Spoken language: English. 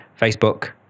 Facebook